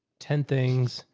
ten things.